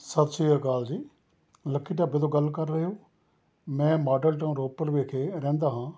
ਸਤਿ ਸ਼੍ਰੀ ਅਕਾਲ ਜੀ ਲੱਕੀ ਢਾਬੇ ਤੋਂ ਗੱਲ ਕਰ ਰਹੇ ਹੋ ਮੈਂ ਮਾਡਲ ਟਾਊਨ ਰੋਪੜ ਵਿਖੇ ਰਹਿੰਦਾ ਹਾਂ